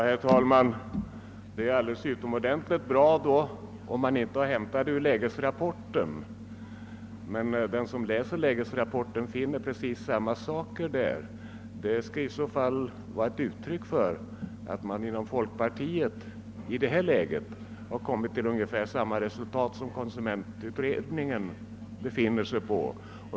Herr talman! Det är utomordentligt bra, om man inte har hämtat det ur lägesrapporten. Den som läser lägesrapporten finner precis samma saker där. Det skulle i så fall vara ett uttryck för att man inom folkpartiet i detta läge har kommit till ungefär samma resultat som konsumentutredningen.